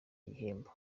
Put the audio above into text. gihembo